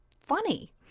funny